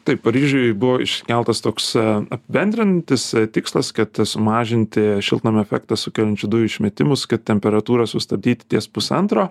taip paryžiuj buvo iškeltas toks apibendrinantis tikslas kad tas sumažinti šiltnamio efektą sukeliančių dujų išmetimus kad temperatūra sustabdyti ties pusantro